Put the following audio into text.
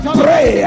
pray